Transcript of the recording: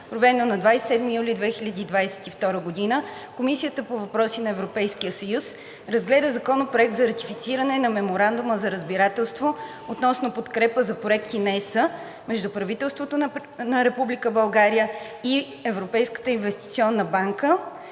проведено на 27 юли 2022 г., Комисията по въпросите на Европейския съюз разгледа Законопроект за ратифициране на Меморандума за разбирателство относно подкрепа за проекти на ЕС между правителството на Република България и Европейската инвестиционна банка,